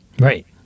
Right